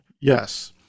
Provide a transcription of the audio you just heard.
Yes